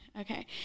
okay